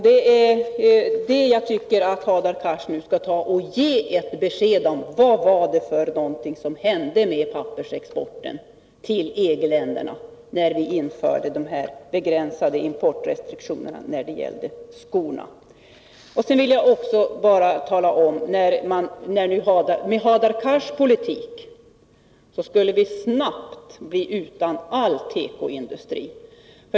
Det är det jag tycker att Hadar Cars nu skall ge ett besked om: Vad var det som hände med pappersexporten till EG-länderna när vi införde de begränsade importrestriktionerna för skor? Jag vill också tala om att med Hadar Cars politik skulle vi snabbt bli utan all tekoindustri.